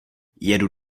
jedu